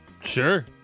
Sure